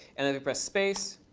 and then press space.